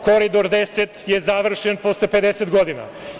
Koridor 10 je završen posle 50 godina.